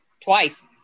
Twice